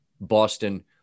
boston